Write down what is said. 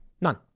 None